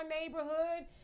neighborhood